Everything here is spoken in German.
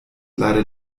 leider